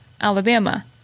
Alabama